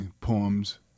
poems